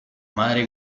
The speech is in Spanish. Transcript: madre